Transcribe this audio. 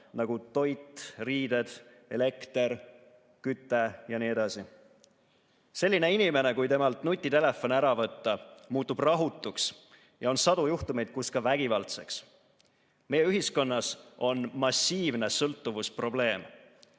nagu toit, riided, elekter, küte ja nii edasi. Selline inimene, kui temalt nutitelefon ära võtta, muutub rahutuks ja on sadu juhtumeid, kus ka vägivaldseks. Meie ühiskonnas on massiivne sõltuvusprobleem.